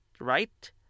right